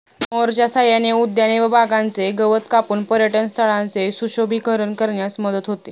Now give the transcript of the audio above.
मोअरच्या सहाय्याने उद्याने व बागांचे गवत कापून पर्यटनस्थळांचे सुशोभीकरण करण्यास मदत होते